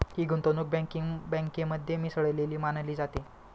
ही गुंतवणूक बँकिंग बँकेमध्ये मिसळलेली मानली जाते